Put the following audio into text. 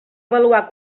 avaluar